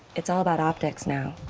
it's all about optics now.